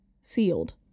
sealed